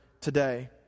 today